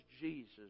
Jesus